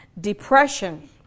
Depression